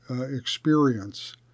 experience